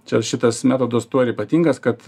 čia šitas metodas tuo ir ypatingas kad